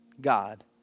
God